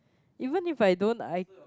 even if I don't I